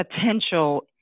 potential